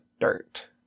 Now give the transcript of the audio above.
dirt